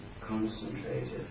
concentrated